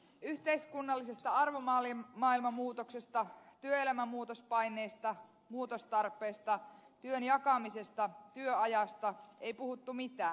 yhteiskunnallisesta arvomaailmamuutoksesta työelämän muutospaineista muutostarpeista työn jakamisesta työajasta ei puhuttu mitään